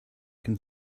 can